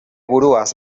buruaz